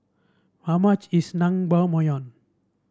how much is Naengmyeon